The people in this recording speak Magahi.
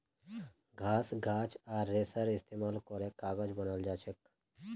घास गाछ आर रेशार इस्तेमाल करे कागज बनाल जाछेक